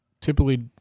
typically